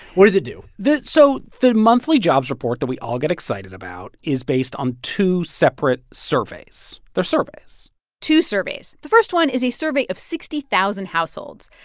what does it do? so the monthly jobs report that we all get excited about is based on two separate surveys. they're surveys two surveys the first one is a survey of sixty thousand households.